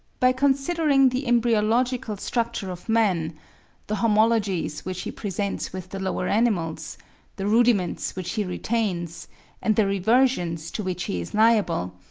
by considering the embryological structure of man the homologies which he presents with the lower animals the rudiments which he retains and the reversions to which he is liable,